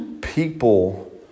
People